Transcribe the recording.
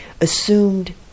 assumed